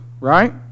Right